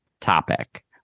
topic